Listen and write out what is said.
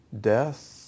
death